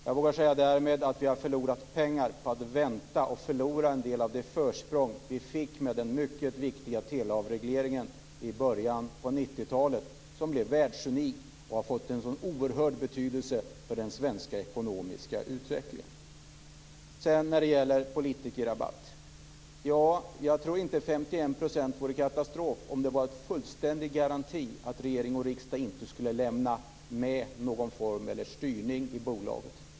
Jag vågar säga att vi har genom att vänta förlorat pengar och försprång som vi fick med den mycket viktiga teleavregleringen i början av 90-talet. Den var världsunik och har fått en oerhörd betydelse för den svenska ekonomiska utvecklingen. Sedan var det frågan om politikerrabatt. Jag tror inte att 51 % vore katastrof om det fanns en fullständig garanti att regering och riksdag inte skulle lämna med någon form av styrning i bolaget.